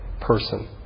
person